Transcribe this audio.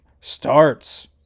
starts